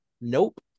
Nope